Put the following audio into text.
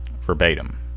verbatim